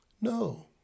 No